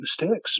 mistakes